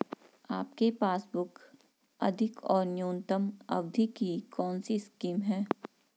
आपके पासबुक अधिक और न्यूनतम अवधि की कौनसी स्कीम है?